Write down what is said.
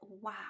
wow